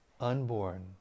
unborn